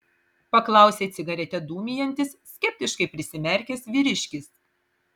paklausė cigaretę dūmijantis skeptiškai prisimerkęs vyriškis